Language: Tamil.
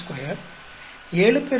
4 93